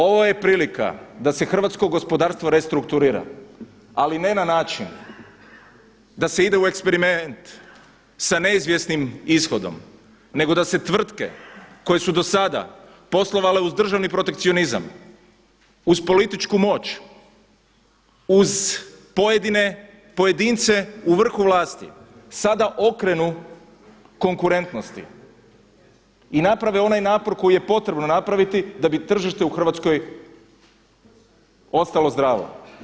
Ovo je prilika da se hrvatsko gospodarstvo restrukturira, ali ne na način da se ide u eksperiment sa neizvjesnim ishodom nego da se tvrtke koje su do sada poslovale uz državni protekcionizam, uz političku moć, uz pojedine pojedince u vrhu vlasti, sada okrenu konkurentnosti i naprave onaj napor koji je potrebno napraviti da bi tržište u Hrvatskoj ostalo zdravo.